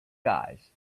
guys